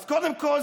אז קודם כול,